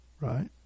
right